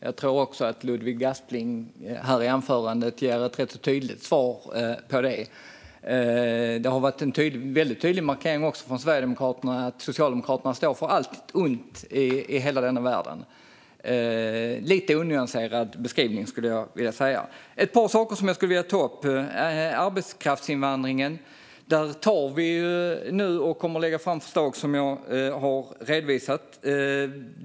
Jag tror att Ludvig Aspling ger ett rätt tydligt svar på det i sitt anförande. Det har varit en väldig tydlig markering från Sverigedemokraterna att Socialdemokraterna står för allt ont i hela denna värld. Det är en lite onyanserad beskrivning, skulle jag vilja säga. Det finns ett par saker som jag skulle vilja ta upp. När det gäller arbetskraftsinvandringen kommer vi att lägga fram förslag som jag har redovisat.